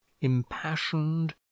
impassioned